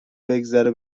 بگذره